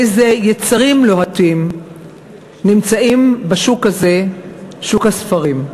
איזה יצרים לוהטים נמצאים בשוק הזה, שוק הספרים.